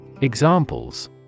Examples